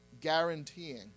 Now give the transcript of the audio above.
guaranteeing